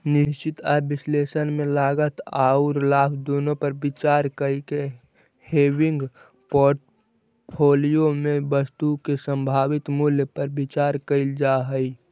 निश्चित आय विश्लेषण में लागत औउर लाभ दुनो पर विचार कईके हेविंग पोर्टफोलिया में वस्तु के संभावित मूल्य पर विचार कईल जा हई